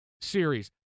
series